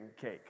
cake